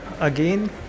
again